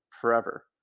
forever